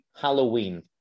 halloween